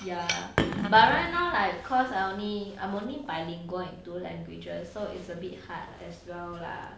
ya but right now I cause I only I'm only bilingual and two languages so it's a bit hard as well lah